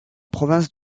province